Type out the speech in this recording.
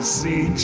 see